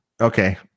okay